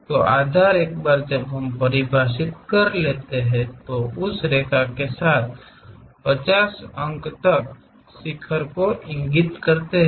तो आधार एक बार जब हम परिभाषित करते हैं तो उस रेखा के साथ 50 अंक तक शिखर को इंगित करते हैं